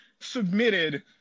submitted